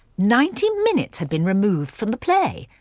ninety minutes had been removed from the play.